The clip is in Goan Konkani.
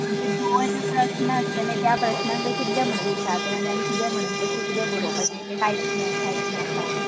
म्हणजे दो एडे प्रश्न आसतले त्या प्रश्ननातले कितलो म्हण विचारतलों आनी आमी कशें किदें बरोवपाचे तें काय ना कांयच ना सांगूग